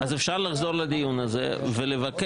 אז אפשר לחזור לדיון הזה ולבקש,